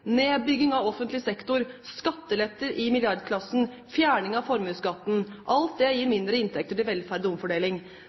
Nedbygging av offentlig sektor, skattelette i milliardklassen, fjerning av formuesskatten – alt dette gir